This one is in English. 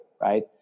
right